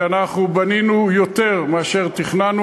שאנחנו בנינו השנה יותר מאשר תכננו,